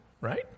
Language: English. right